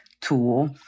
tool